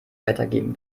weitergeben